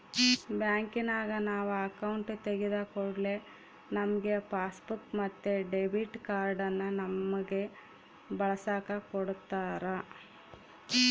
ಬ್ಯಾಂಕಿನಗ ನಾವು ಅಕೌಂಟು ತೆಗಿದ ಕೂಡ್ಲೆ ನಮ್ಗೆ ಪಾಸ್ಬುಕ್ ಮತ್ತೆ ಡೆಬಿಟ್ ಕಾರ್ಡನ್ನ ನಮ್ಮಗೆ ಬಳಸಕ ಕೊಡತ್ತಾರ